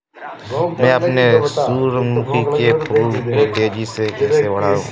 मैं अपने सूरजमुखी के फूल को तेजी से कैसे बढाऊं?